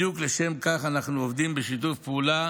בדיוק לשם כך אנחנו עובדים בשיתוף פעולה